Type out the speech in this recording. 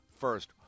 first